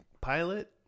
pilot